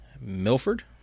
Milford